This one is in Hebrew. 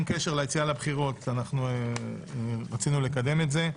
קשר ליציאה לבחירות רצינו לקדם את החוק.